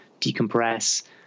decompress